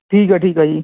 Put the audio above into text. ਠੀਕ ਹੈ ਠੀਕ ਹੈ ਜੀ